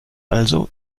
also